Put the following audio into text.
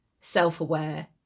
self-aware